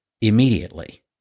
immediately